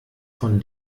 von